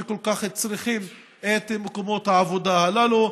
שכל כך צריכים את מקומות העבודה הללו.